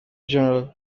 general